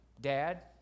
Dad